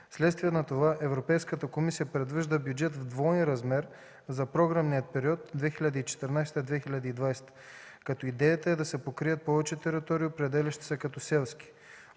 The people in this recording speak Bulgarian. Вследствие на това Европейската комисия предвижда бюджет в двоен размер за програмния период 2014-2020 г., като идеята е да се покрият повече територии, определящи се като селски.